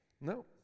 No